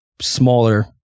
smaller